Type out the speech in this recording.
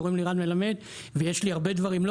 קוראים לי רן מלמד ויש לי הרבה דברים לא